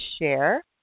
share